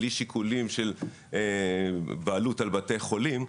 בלי שיקולים של בעלות על בתי חולים.